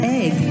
egg